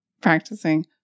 practicing